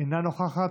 אינה נוכחת.